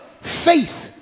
faith